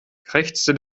krächzte